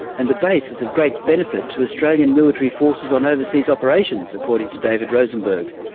and the base is of great benefit to australian military forces on overseas operations, according to david rosenberg.